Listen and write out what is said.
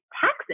taxes